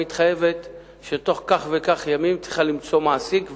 היא מתחייבת שבתוך כך וכך ימים היא צריכה למצוא מעסיק,